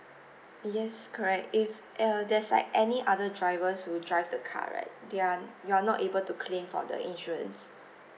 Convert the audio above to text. yes correct if err there's like any other drivers who drive the car right they are you're not able to claim for the insurance